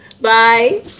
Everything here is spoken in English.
Bye